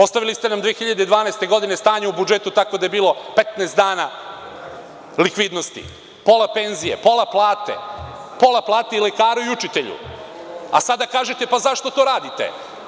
Ostavili ste nam 2012. godine stanje u budžetu takvo da je bilo 15 dana likvidnosti, pola penzije, pola plate, pola plate i lekaru i učitelju, a sada kažete – pa, zašto to radite?